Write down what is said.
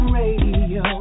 radio